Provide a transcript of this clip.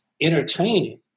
entertaining